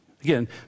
Again